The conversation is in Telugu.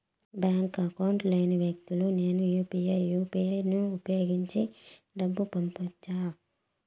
బ్యాంకు అకౌంట్ లేని వ్యక్తులకు నేను యు పి ఐ యు.పి.ఐ ను ఉపయోగించి డబ్బు పంపొచ్చా?